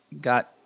got